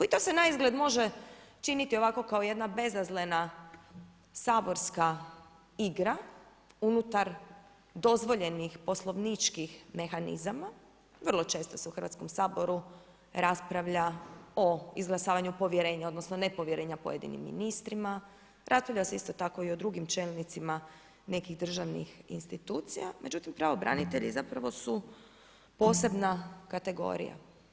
I to se naizgled može činiti kao jedna bezazlena saborska igra unutar dozvoljenih poslovničkih mehanizama, vrlo često se u Hrvatskom saboru raspravlja o izglasavanju povjerenja odnosno nepovjerenja pojedinim ministrima, raspravlja se isto tako i o drugim čelnicima nekih državnih institucija međutim pravobranitelji zapravo su posebna kategorija.